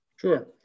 Sure